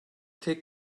tek